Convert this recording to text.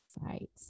right